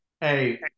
Hey